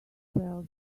spell